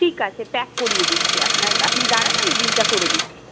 ঠিক আছে প্যাক করিয়ে দিচ্ছি আপনার আপনি দাঁড়ান আমি বিলটা করে দিচ্ছি